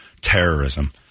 terrorism